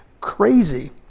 crazy